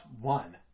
one